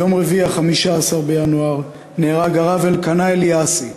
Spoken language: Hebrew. ביום רביעי 15 בינואר נהרג הרב אלקנה אליאסי,